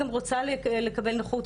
גם רוצה לקבל נכות,